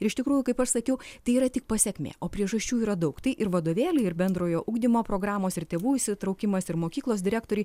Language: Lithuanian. ir iš tikrųjų kaip aš sakiau tai yra tik pasekmė o priežasčių yra daug tai ir vadovėliai ir bendrojo ugdymo programos ir tėvų įsitraukimas ir mokyklos direktoriai